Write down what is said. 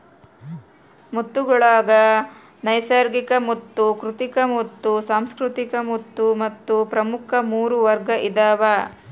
ಮುತ್ತುಗುಳಾಗ ನೈಸರ್ಗಿಕಮುತ್ತು ಕೃತಕಮುತ್ತು ಸುಸಂಸ್ಕೃತ ಮುತ್ತು ಎಂದು ಪ್ರಮುಖ ಮೂರು ವರ್ಗ ಇದಾವ